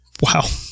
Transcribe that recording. Wow